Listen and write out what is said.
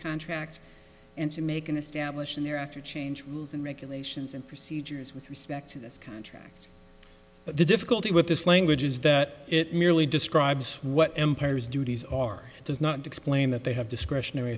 contract and to make an established in there after change rules and regulations and procedures with respect to this contract but the difficulty with this language is that it merely describes what empires duties are does not explain that they have discretionary